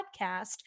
podcast